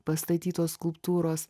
pastatytos skulptūros